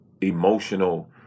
Emotional